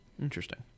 Interesting